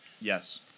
Yes